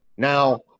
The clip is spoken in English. Now